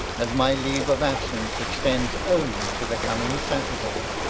as my leave of absence extends only to the coming saturday.